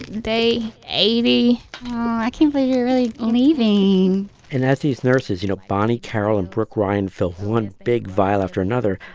day eighty point i can't believe you're really leaving and as these nurses you know, bonnie carroll and brooke ryan fill one big vial after another,